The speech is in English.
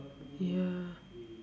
ya